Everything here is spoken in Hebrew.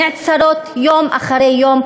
נעצרות יום אחרי יום,